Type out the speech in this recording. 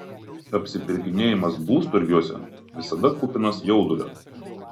apsipirkinėjimas blusturgiuose visada kupinas jaudulio